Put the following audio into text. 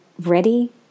ready